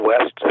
West